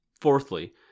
Fourthly